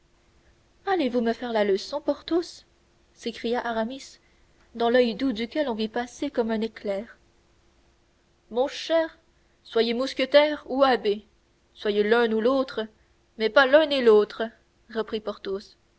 me faire la leçon porthos s'écria aramis dans l'oeil doux duquel on vit passer comme un éclair mon cher soyez mousquetaire ou abbé soyez l'un ou l'autre mais pas l'un et l'autre reprit porthos tenez